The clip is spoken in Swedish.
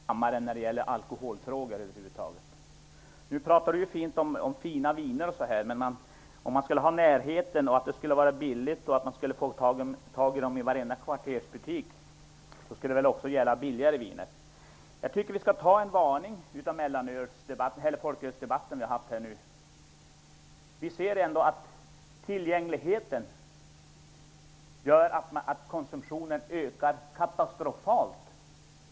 Fru talman! Jag är i alla fall glad, och jag hoppas verkligen att moderaterna inte skall få inflytande över den här kammaren när det gäller alkoholfrågor. Per Bill talade fint om fina viner m.m. Om man skulle få tag i dem billigt i varenda kvartersbutik, skulle väl tillgängligheten på redan i dag billiga viner öka. Jag tycker att vi skall ta varning av den folkölsdebatt vi har haft. Vi ser att tillgängligheten medför att konsumtionen av folköl ökar katastrofalt.